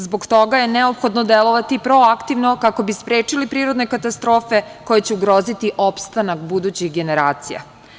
Zbog toga je neophodno delovati proaktivno kako bi sprečili prirodne katastrofe koje će ugroziti opstanak budućih generacija.